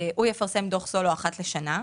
יפרסם דוח סולו אחת לשנה.